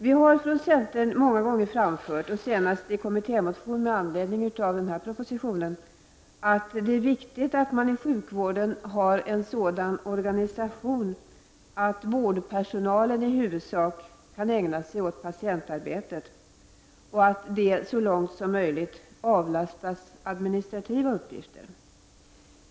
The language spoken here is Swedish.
Vi har från centern många gånger framfört — senast i en kommittémotion med anledning av den aktuella propositionen — hur viktigt det är att man i sjukvården har en sådan organisation att vårdpersonalen i huvudsak kan ägna sig åt patientarbetet och så långt möjligt avlastas administrativa uppgifter.